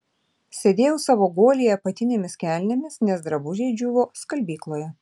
sėdėjau savo guolyje apatinėmis kelnėmis nes drabužiai džiūvo skalbykloje